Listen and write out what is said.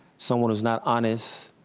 someone who's not honest